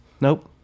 Nope